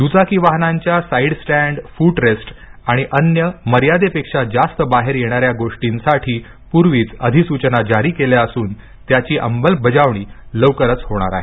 दुचाकी वाहनांच्या side stand foot rest आणि अन्य मर्यादेपेक्षा जास्त बाहेर येणाऱ्या गोष्टींसाठी पूर्वीच अधिसूचना जारी केल्या गेल्या असून त्यांची अंमलबजावणी लवकरच होणार आहे